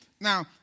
Now